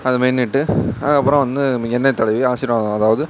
அதை மென்னுகிட்டு அதுக்கப்புறம் வந்து எண்ணெய் தடவி ஆசீர்வாதம் அதாவது